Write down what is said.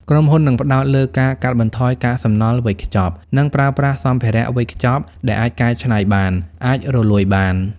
ក្រុមហ៊ុននឹងផ្តោតលើការកាត់បន្ថយកាកសំណល់វេចខ្ចប់ និងប្រើប្រាស់សម្ភារៈវេចខ្ចប់ដែលអាចកែច្នៃបាន អាចរលួយបាន ។